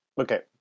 Okay